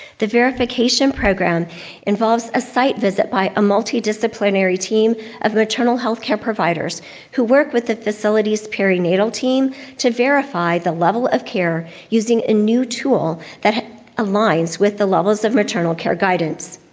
the verification program involves a site visit by a multidisciplinary team of maternal healthcare providers who work with the facility's perinatal team to verify the level of care using a new tool that aligns with the levels of maternal care guidance.